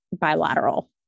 bilateral